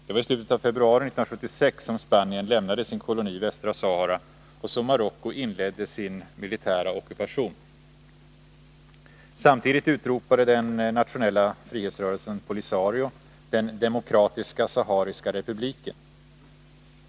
Det var i slutet av februari 1976 som Spanien lämnade sin koloni Västra Sahara och som Marocko inledde sin militära ockupation. Samtidigt utropade den nationella frihetsrörelsen Polisario den Demokratiska sahariska republiken.